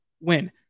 win